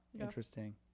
interesting